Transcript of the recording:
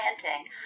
planting